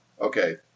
okay